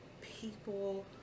people